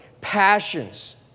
passions